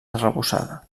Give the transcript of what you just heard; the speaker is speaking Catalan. arrebossada